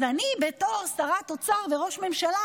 אז אני בתור שרת אוצר וראש ממשלה,